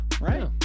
Right